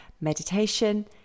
meditation